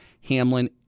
Hamlin